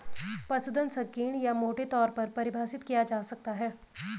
पशुधन संकीर्ण या मोटे तौर पर परिभाषित किया जा सकता है